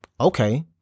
Okay